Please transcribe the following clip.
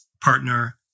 partner